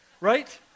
right